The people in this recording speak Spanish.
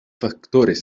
factores